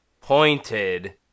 pointed